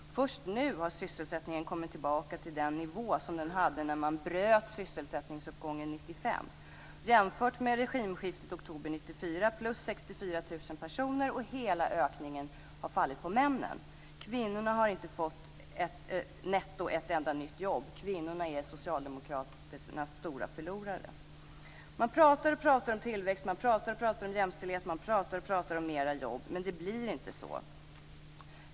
Först nu har sysselsättningen kommit tillbaka till den nivå den hade när man bröt sysselsättningsuppgången 1995. Jämfört med hur det var vid regimskiftet i oktober 1994 har det skett en ökning med 64 000 personer, och hela ökningen har fallit på männen. Kvinnorna har inte fått ett enda nytt jobb netto. Kvinnorna är Socialdemokraternas stora förlorare. Man pratar och pratar om tillväxt, man pratar och pratar om jämställdhet, och man pratar och pratar om flera jobb, men det blir inte så.